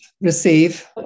receive